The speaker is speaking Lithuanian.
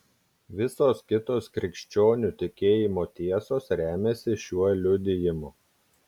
visos kitos krikščionių tikėjimo tiesos remiasi šiuo liudijimu